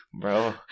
bro